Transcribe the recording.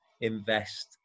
invest